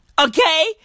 Okay